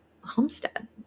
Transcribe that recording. homestead